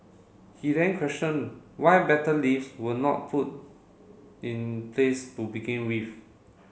he then question why better lifts were not put in place to begin with